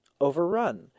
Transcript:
overrun